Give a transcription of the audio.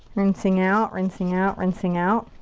rinsing out, rinsing out, rinsing out.